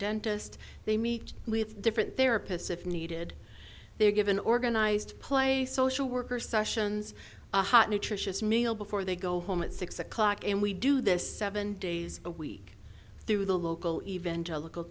dentist they meet with different therapists if needed they are given organized play a social worker sessions a hot nutritious meal before they go home at six o'clock and we do this seven days a week through the local event a local